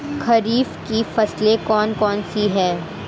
खरीफ की फसलें कौन कौन सी हैं?